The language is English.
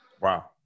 Wow